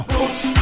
Boots